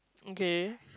okay